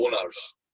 owners